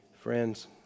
Friends